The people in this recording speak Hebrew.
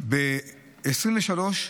ב-2023,